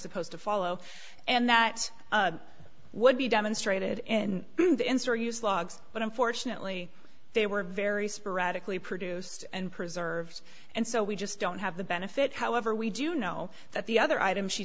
supposed to follow and that would be demonstrated in the in store use logs but unfortunately they were very sporadically produced and preserved and so we just don't have the benefit however we do know that the other items she